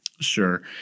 Sure